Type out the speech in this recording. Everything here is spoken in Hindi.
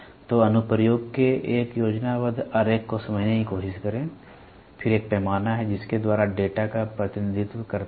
तो अनुप्रयोग के एक योजनाबद्ध आरेख को समझने की कोशिश करें फिर एक पैमाना है जिसके द्वारा वे डेटा का प्रतिनिधित्व करते हैं